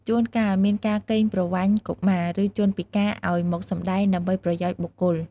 ជួនកាលមានការកេងប្រវ័ញ្ចកុមារ ឬជនពិការឱ្យមកសម្ដែងដើម្បីប្រយោជន៍បុគ្គល។